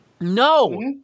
No